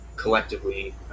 collectively